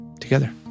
together